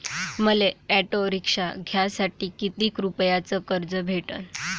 मले auto rickshaw घ्यासाठी कितीक रुपयाच कर्ज भेटनं?